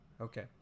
Okay